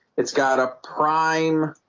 it's got a prime